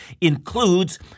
includes